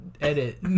edit